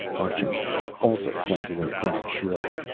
archambaud, also planted in the crowd, shrilled,